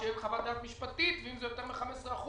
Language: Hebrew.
אם זה יותר מ-15%,